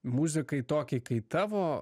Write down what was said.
muzikai tokį kai tavo